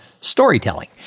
storytelling